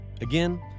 Again